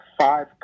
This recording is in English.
five